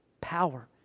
power